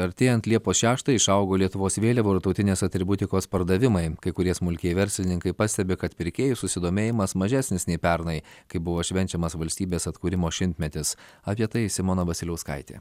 artėjant liepos šeštajai išaugo lietuvos vėliavų ir tautinės atributikos pardavimai kai kurie smulkieji verslininkai pastebi kad pirkėjų susidomėjimas mažesnis nei pernai kai buvo švenčiamas valstybės atkūrimo šimtmetis apie tai simona vasiliauskaitė